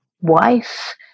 wife